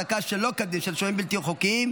הלנה והעסקה שלא כדין של שוהים בלתי חוקיים),